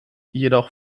jedoch